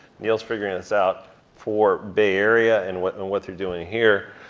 neil's figuring this out for bay area and what and what they're doing here.